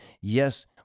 Yes